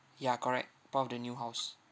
ya correct of the new house